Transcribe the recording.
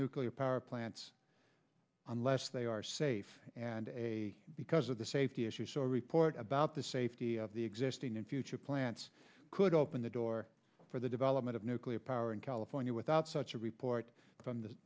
nuclear power plants unless they are safe and a because of the safety issues so report about the safety of the existing and future plants could open the door for the development of nuclear power in california without such a report from the